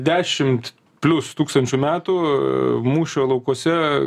dešimt plius tūkstančių metų mūšio laukuose